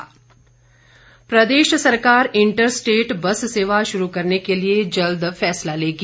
बिक्रम सिंह प्रदेश सरकार inter state bus सेवा शुरू करने के लिए जल्द फैसला लेगी